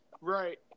Right